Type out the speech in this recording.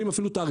זו רשות החשמל.